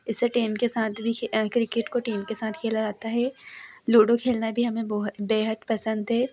इसे टेम के साथ भी क्रिकेट को टीम के साथ खेला जाता है लूडो खेलना भी हमें बहुत बेहद पसंद है